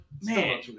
man